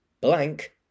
blank